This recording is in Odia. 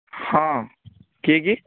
ହଁ କିଏ କି